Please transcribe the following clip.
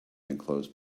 enclosed